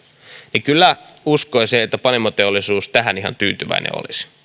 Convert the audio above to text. niin kyllä uskoisin että panimoteollisuus tähän ihan tyytyväinen olisi